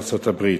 ארצות-הברית.